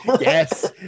yes